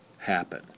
happen